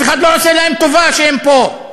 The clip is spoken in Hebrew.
אף אחד לא עושה להם טובה שהם פה,